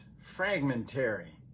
fragmentary